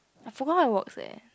I forgot how it works leh